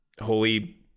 holy